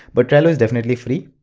but trello is definitely free.